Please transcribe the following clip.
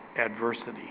adversity